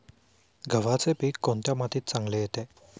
गव्हाचे पीक कोणत्या मातीत चांगले येते?